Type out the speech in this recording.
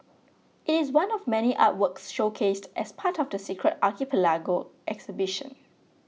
it is one of many artworks showcased as part of the Secret Archipelago exhibition